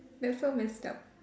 that's so messed up